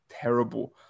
terrible